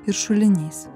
ir šulinys